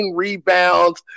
rebounds